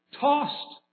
Tossed